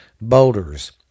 Boulders